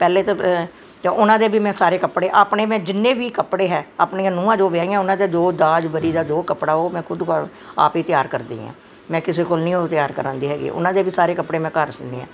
ਪਹਿਲੇ ਤਾਂ ਐਹ ਉਹਨਾਂ ਦੇ ਵੀ ਮੈਂ ਸਾਰੇ ਕੱਪੜੇ ਆਪਣੇ ਮੈਂ ਜਿੰਨੇ ਵੀ ਕੱਪੜੇ ਹੈ ਆਪਣੀਆਂ ਨੂਹਾਂ ਜੋ ਵਿਆਹੀਆਂ ਉਹਨਾਂ ਦੇ ਦੋ ਦਾਜ ਵਰੀ ਦਾ ਜੋ ਕੱਪੜਾ ਉਹ ਮੈਂ ਖੁਦ ਘਰ ਆਪ ਹੀ ਤਿਆਰ ਕਰਦੀ ਹਾਂ ਮੈਂ ਕਿਸੇ ਕੋਲ ਨਹੀਂ ਉਹ ਤਿਆਰ ਕਰਾਉਂਦੀ ਹੈਗੀ ਉਹਨਾਂ ਦੇ ਵੀ ਸਾਰੇ ਕੱਪੜੇ ਮੈਂ ਘਰ ਸਿਓਂਦੀ ਹਾਂ